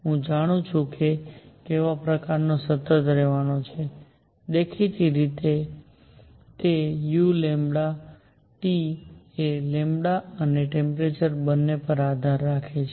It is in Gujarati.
હું જાણું છું કે કેવા પ્રકારનો સતત રહેવાનો છે દેખીતી રીતે જ તે u એ અને ટેમ્પરેચર બંને પર આધાર રાખે છે